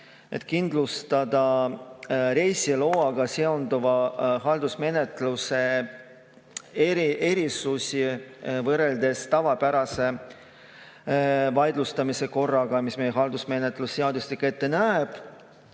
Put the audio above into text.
et kindlustada reisiloaga seonduva haldusmenetluse erisusi võrreldes tavapärase vaidlustamise korraga, mida meie haldusmenetluse seadustik ette näeb.